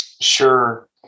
sure